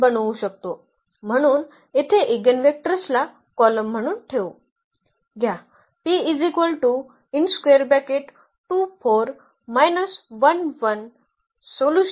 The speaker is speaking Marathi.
म्हणून येथे इगेनवेक्टर्सला कॉलम म्हणून ठेवू